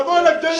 תבוא לגדרות.